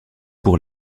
pour